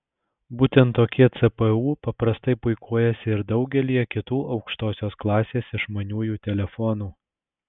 būtent tokie cpu paprastai puikuojasi ir daugelyje kitų aukštosios klasės išmaniųjų telefonų